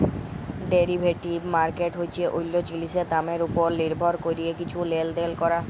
derivative market হছে অল্য জিলিসের দামের উপর লির্ভর ক্যরে কিছু লেলদেল ক্যরা